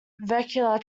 vehicular